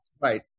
Right